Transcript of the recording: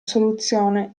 soluzione